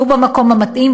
יהיו במקום המתאים,